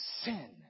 sin